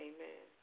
Amen